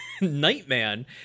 Nightman